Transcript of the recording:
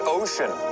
ocean